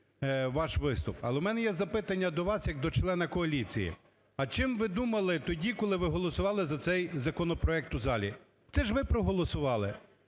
ваш виступ. Але в мене є запитання до вас як до члена коаліції: а чим ви думали тоді, коли голосували за цей законопроект в залі. Це ж ви проголосували,